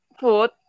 food